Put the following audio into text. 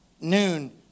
noon